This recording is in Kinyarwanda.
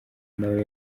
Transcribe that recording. nawe